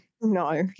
No